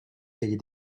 cahier